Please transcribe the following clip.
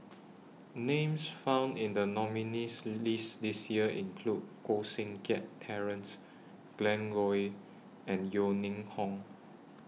Names found in The nominees' list This Year include Koh Seng Kiat Terence Glen Goei and Yeo Ning Hong